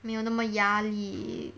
没有那么压力